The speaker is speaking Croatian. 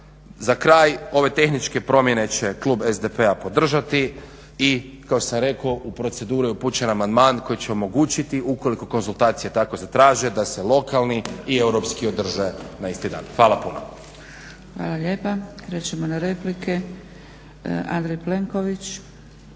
Za kraj, ove tehničke promjene će klub SDP-a podržati i kao što sam rekao u proceduru je upućen amandman koji će omogućiti ukoliko konzultacije tako zatraže da se lokalni i europski održe na isti datum. Hvala puno. **Zgrebec, Dragica (SDP)** Hvala lijepa. Krećemo na replike, Andrej Plenković.